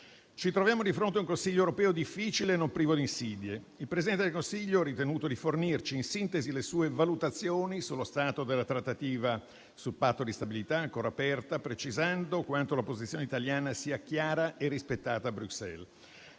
Ci troviamo di fronte un Consiglio europeo difficile, non privo di insidie. Il Presidente del Consiglio ha ritenuto di fornirci in sintesi le sue valutazioni sullo stato della trattativa sul Patto di stabilità ancora aperta, precisando quanto la posizione italiana sia chiara e rispettata a Bruxelles.